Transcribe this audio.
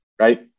right